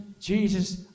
Jesus